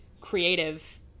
creative